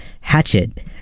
hatchet